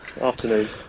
Afternoon